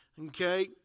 Okay